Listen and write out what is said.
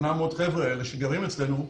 ה-800 חבר'ה האלה שגרים אצלנו,